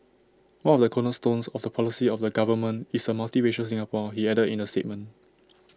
one of the cornerstones of the policy of the government is A multiracial Singapore he added in A statement